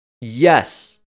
Yes